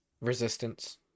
Resistance